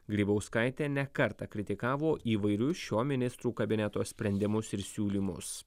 grybauskaitė ne kartą kritikavo įvairius šio ministrų kabineto sprendimus ir siūlymus